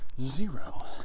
Zero